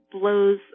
blows